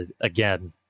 again